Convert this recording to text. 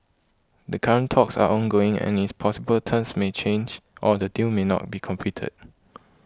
the current talks are ongoing and it's possible terms may change or the deal may not be completed